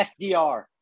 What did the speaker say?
FDR